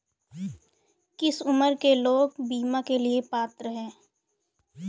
किस उम्र के लोग बीमा के लिए पात्र हैं?